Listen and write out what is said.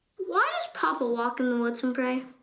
why does papa walk in the woods and pray?